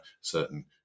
certain